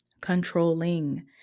Controlling